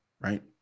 right